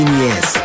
years